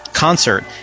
concert